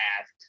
asked